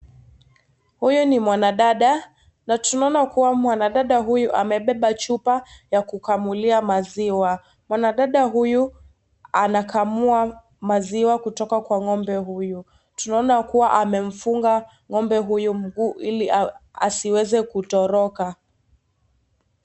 Huyu ni mwanadada na tunaona kuwa kuwa mwanadada huyu amebeba chupa ya kukamulia maziwa. Mwanadada huyu anakamua maziwa kutoka Kwa ngombe huyo. Tunaona kuwa amemfunga ngombe huyo miguu iko asiweze kutoroka .